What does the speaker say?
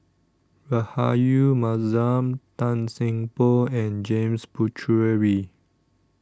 Rahayu Mahzam Tan Seng Poh and James Puthucheary